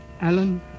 Alan